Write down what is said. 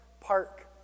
park